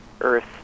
Earth